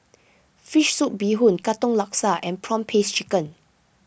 Fish Soup Bee Hoon Katong Laksa and Prawn Paste Chicken